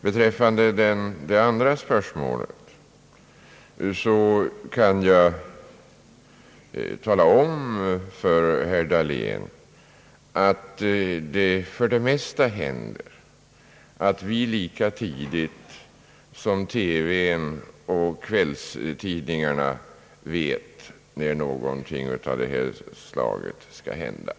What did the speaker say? Beträffande hans andra fråga kan jag tala om att det för det mesta händer att vi lika tidigt som TV och kvällstidningarna vet när någonting av detta slag skall inträffa.